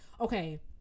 okay